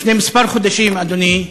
לפני כמה חודשים, אדוני,